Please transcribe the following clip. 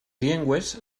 llengües